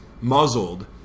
muzzled